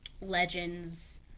legends